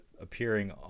appearing